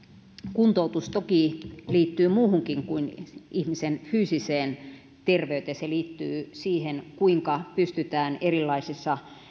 kuntoutus toki liittyy muuhunkin kuin ihmisen fyysiseen terveyteen se liittyy siihen kuinka pystytään erilaisissa